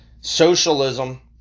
Socialism